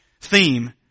theme